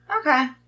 Okay